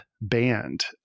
banned